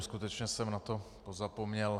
Skutečně jsem na to pozapomněl.